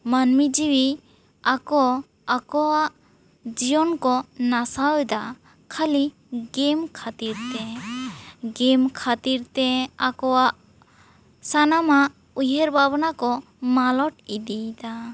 ᱢᱟᱹᱱᱢᱤ ᱡᱤᱣᱤ ᱟᱠᱚ ᱟᱠᱚᱣᱟᱜ ᱡᱤᱭᱚᱱ ᱠᱚ ᱱᱟᱥᱟᱣ ᱮᱫᱟ ᱠᱷᱟᱹᱞᱤ ᱜᱮᱢ ᱠᱷᱟᱹᱛᱤᱨ ᱛᱮ ᱜᱮᱢ ᱠᱷᱟᱹᱛᱤᱨ ᱛᱮ ᱟᱠᱚᱣᱟᱜ ᱥᱟᱱᱟᱢᱟᱜ ᱩᱭᱦᱟᱹᱨ ᱵᱷᱟᱵᱽᱱᱟ ᱠᱚ ᱢᱟᱞᱚᱴ ᱤᱫᱤᱭᱮᱫᱟ